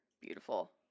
Beautiful